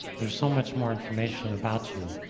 there's so much more information about you,